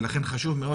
לכן חשוב מאוד